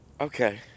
okay